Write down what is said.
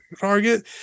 Target